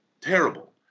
Terrible